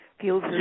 feels